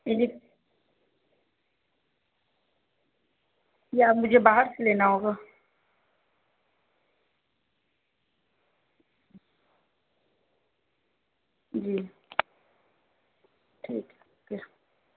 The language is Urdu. جی یا مجھے باہر سے لینا ہوگا جی ٹھیک ہے او کے